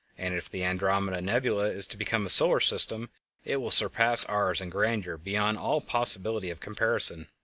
and if the andromeda nebula is to become a solar system it will surpass ours in grandeur beyond all possibility of comparison.